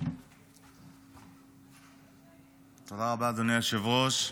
אותנו --- תודה רבה, אדוני היושב-ראש.